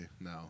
No